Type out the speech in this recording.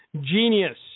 genius